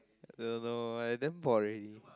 don't know I then bought already